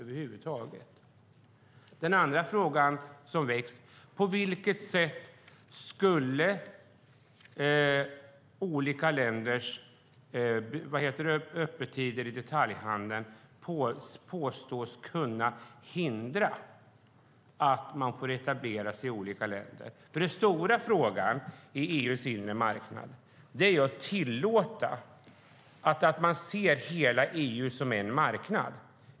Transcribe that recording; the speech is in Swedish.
Och på vilket sätt skulle olika länders öppettider i detaljhandeln kunna hindra att man får etablera sig i olika länder, som påstås? Den stora frågan på EU:s inre marknad handlar om att tillåta och se hela EU som en marknad.